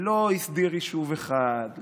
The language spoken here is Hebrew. הוא לא הסדיר יישוב אחד,